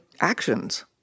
actions